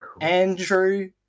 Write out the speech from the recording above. andrew